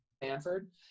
Stanford